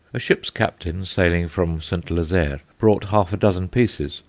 a ship's captain sailing from st. lazare brought half a dozen pieces,